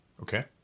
okay